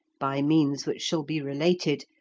by means which shall be related,